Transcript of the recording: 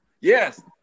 Yes